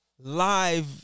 live